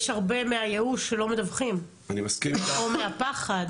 יש הרבה שמהייאוש לא מדווחים או מהפחד.